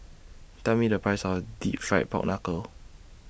Tell Me The Price of Deep Fried Pork Knuckle